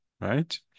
right